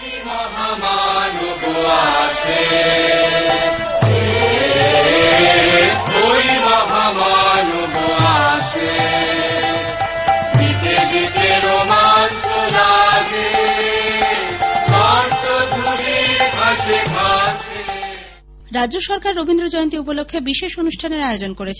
insert রাজ্য সরকার রবীন্দ্র জয়ন্তী উপলক্ষে বিশেষ অনুষ্ঠানের আয়োজন করেছে